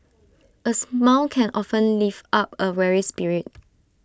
A smile can often lift up A weary spirit